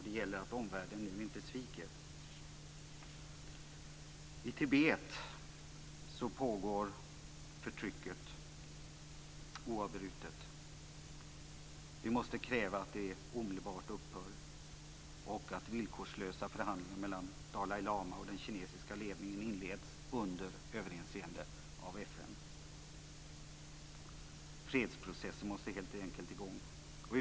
Det gäller att omvärlden nu inte sviker. I Tibet pågår förtrycket oavbrutet. Vi måste kräva att det omedelbart upphör och att villkorslösa förhandlingar mellan Dalai lama och den kinesiska ledningen inleds under överinseende av FN. Fredsprocessen måste helt enkelt i gång.